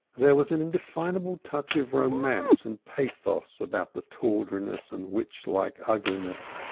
there was an indefinable touch of romance and pathos about the tawdriness and witch-like ugliness,